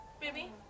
Baby